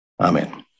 Amen